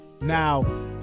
Now